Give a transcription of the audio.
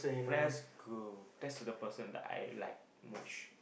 lets go test the person like I like most